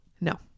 No